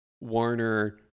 Warner